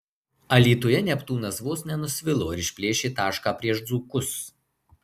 alytuje neptūnas vos nenusvilo ir išplėšė tašką prieš dzūkus